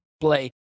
play